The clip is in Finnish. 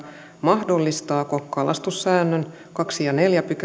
mahdollistaako kalastussäännön toisen ja neljännen pykälän